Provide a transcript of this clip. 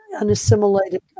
unassimilated